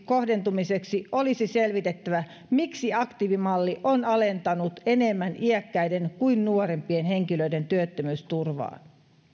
kohdentumiseksi paremmin olisi selvitettävä miksi aktiivimalli on alentanut enemmän iäkkäiden kuin nuorempien henkilöiden työttömyysturvaa